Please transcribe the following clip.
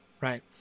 right